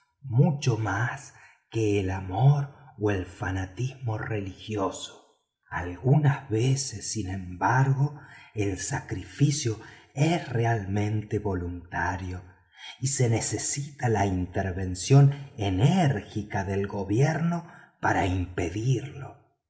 mucho más que el amor o el fanatismo religioso algunas veces sin embargo el sacrificio es realmente voluntario y se necesita la intervencion enérgica del gobierno para impedirlo